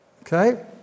Okay